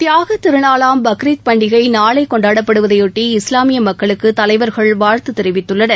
தியாகத் திருநாளாம் பக்ரீத் பண்டிகை நாளை கொண்டப்படுவதையொட்டி இஸ்லாமிய மக்களுக்கு தலைவர்கள் வாழ்த்து தெரிவித்துள்ளனர்